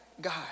God